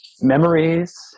memories